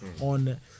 on